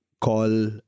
call